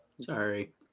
Sorry